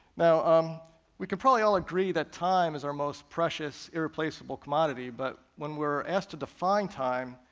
now um we can probably all agree that time is our most precious, irreplaceable commodity. but when we're asked to define time,